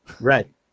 Right